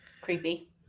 Creepy